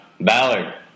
Ballard